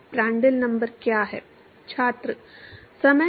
Prandtl number क्या है